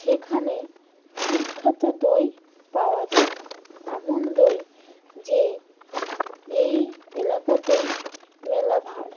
সেখানে বিখ্যাত দই পাওয়া যায় এমন দই যে এই এলাকাতে মেলা ভাড়